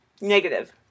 Negative